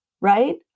right